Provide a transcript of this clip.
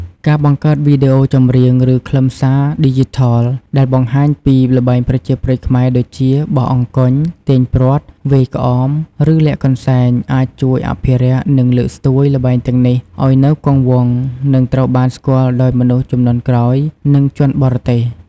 ការបង្កើតវីដេអូចម្រៀង ឬខ្លឹមសារឌីជីថលដែលបង្ហាញពីល្បែងប្រជាប្រិយខ្មែរ ដូចជា បោះអង្គញ់ ទាញព្រ័ត្រ វាយក្អម ឬលាក់កន្សែង អាចជួយអភិរក្ស និងលើកស្ទួយល្បែងទាំងនេះឱ្យនៅគង់វង្ស និងត្រូវបានស្គាល់ដោយមនុស្សជំនាន់ក្រោយ និងជនបរទេស។